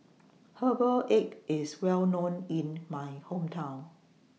Herbal Egg IS Well known in My Hometown